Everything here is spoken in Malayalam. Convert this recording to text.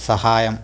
സഹായം